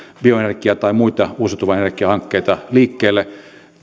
bioenergian tai muita uusiutuvan energian hankkeita liikkeelle